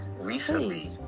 recently